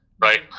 right